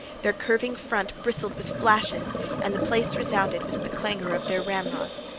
their curving front bristled with flashes and the place resounded with the clangor of their ramrods.